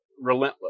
relentless